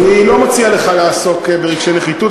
אני לא מציע לך לעסוק ברגשי נחיתות.